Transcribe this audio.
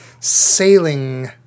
Sailing